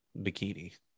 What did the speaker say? bikini